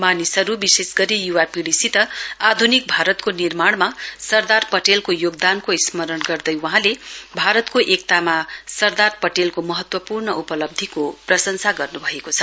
मानिसहरु विशेष गरी युवा पीढ़ीसित आधुनिक भारतको निर्माणमा सरदार पटेलको योगदानको स्मरण गर्दै वहाँले भारतको एकतामा सरदार पटेलको महत्वपूर्ण उपलब्धीको प्रशंसा गर्नुभएको छ